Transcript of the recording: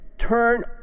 turn